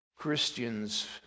Christians